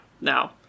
no